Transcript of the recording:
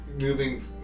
moving